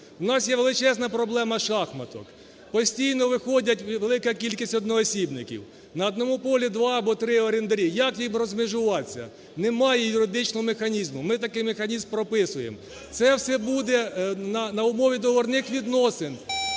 У нас є величезна проблема шахматок. Постійно виходить велика кількість одноосібників. На одному полі 2 або 3 орендарі. Як їм розмежуватися? Немає юридичного механізму. Ми такий механізм прописуємо. Це все буде на умові договірних відносин.